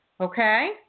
Okay